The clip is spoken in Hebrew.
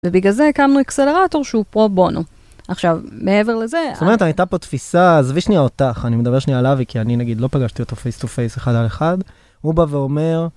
ובגלל זה הקמנו אקסלרטור שהוא פרו בונו. עכשיו, מעבר לזה... זאת אומרת, הייתה פה תפיסה, עזבי שנייה אותך, אני מדבר שנייה על אבי, כי אני, נגיד, לא פגשתי אותו פייסטו פייסט אחד על אחד, הוא בא ואומר...